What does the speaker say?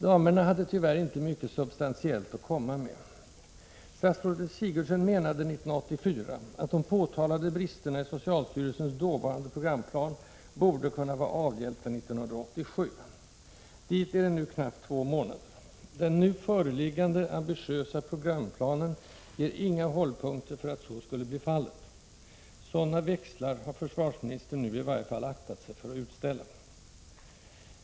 Damerna hade tyvärr inte mycket substantiellt att komma med. Statsrådet Sigurdsen menade 1984 att de påtalade bristerna i socialstyrelsens dåvarande programplan borde kunna vara avhjälpta 1987. Dit är det nu knappt två månader. Den nu föreliggande ambitiösa programplanen ger inga hållpunkter för att så skulle bli fallet. Sådana växlar har försvarsministern nu i varje fall aktat sig för att utställa.